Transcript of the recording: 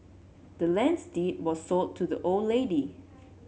the land's deed were sold to the old lady